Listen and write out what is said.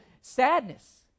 sadness